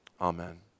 Amen